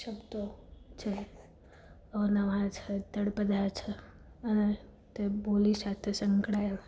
શબ્દો છે નવા છે તળપદા છે અને તે બોલી સાથે સંકળાયેલા છે